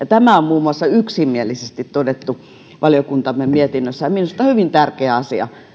tämä on yksimielisesti todettu valiokuntamme mietinnössä ja minusta se on hyvin tärkeä asia